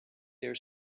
their